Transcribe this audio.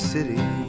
City